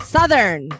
Southern